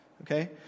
Okay